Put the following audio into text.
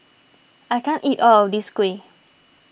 I can't eat all of this Kuih